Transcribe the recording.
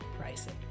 pricing